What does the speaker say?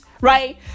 Right